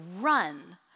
run